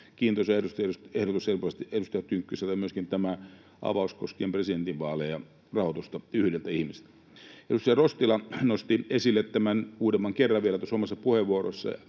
Kiintoisa ehdotus edustaja Tynkkyseltä myöskin tämä avaus koskien presidentinvaaleja, rahoitusta yhdeltä ihmiseltä. Edustaja Rostila nosti esille uudemman kerran vielä tuossa omassa puheenvuorossaan